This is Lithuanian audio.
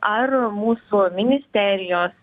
ar mūsų ministerijos